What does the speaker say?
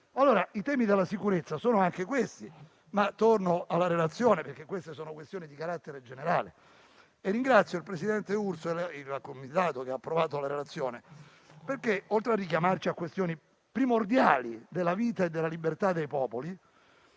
I temi della sicurezza sono anche questi, ma torno alla relazione, perché queste sono questioni di carattere generale. Ringrazio il presidente Urso - e il Comitato che ha approvato la relazione - perché, oltre a richiamarci a questioni primordiali della vita e della libertà dei popoli,